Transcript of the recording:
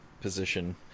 position